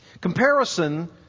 Comparison